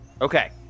Okay